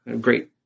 great